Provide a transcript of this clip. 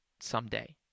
someday